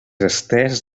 estès